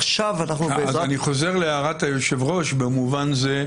אני חוזר להערת היושב-ראש במובן זה,